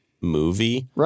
movie